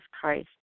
Christ